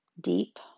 deep